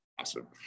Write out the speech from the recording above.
awesome